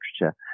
literature